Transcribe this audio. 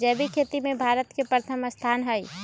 जैविक खेती में भारत के प्रथम स्थान हई